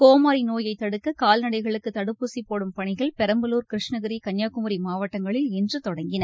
கோமாரி நோயை தடுக்க கால்நடைகளுக்கு தடுப்பூசி போடும் பணிகள் பெரம்பலூர் கிருஷ்ணகிரி கன்னியாகுமரி மாவட்டங்களில் இன்று தொடங்கின